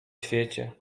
świecie